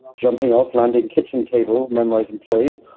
jumping off, landing, kitchen table, memrise employees,